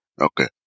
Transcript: okay